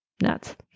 Nuts